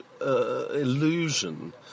illusion